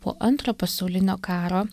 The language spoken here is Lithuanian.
po antro pasaulinio karo